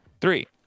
Three